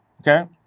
okay